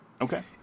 okay